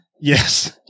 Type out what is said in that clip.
Yes